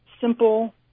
simple